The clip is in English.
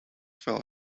fell